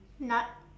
nut